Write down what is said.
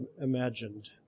imagined